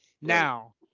Now